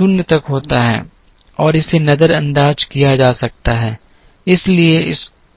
0 तक होता है और इसे नजरअंदाज किया जा सकता है